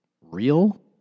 real